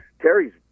Terry's